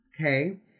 Okay